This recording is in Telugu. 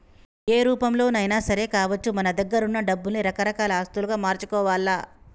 ఏ రూపంలోనైనా సరే కావచ్చు మన దగ్గరున్న డబ్బుల్ని రకరకాల ఆస్తులుగా మార్చుకోవాల్ల